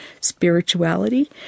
spirituality